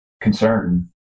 concern